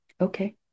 Okay